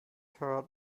heard